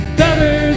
better